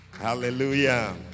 Hallelujah